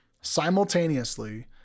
simultaneously